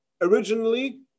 originally